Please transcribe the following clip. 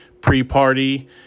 pre-party